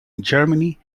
germany